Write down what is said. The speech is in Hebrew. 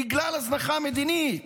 בגלל הזנחה מדינית.